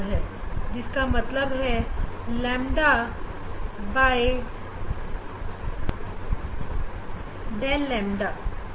वही बड़ा N line की संख्या को दर्शाता है अर्थात ग्रेटिंग पर नंबर ऑफ लाइन ना कि नंबर ऑफ लाइन पर सेंटीमीटर है